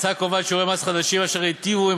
ההצעה קובעת שיעורי מס חדשים אשר ייטיבו עם